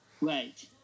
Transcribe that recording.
Right